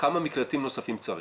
כמה מקלטים נוספים צריך.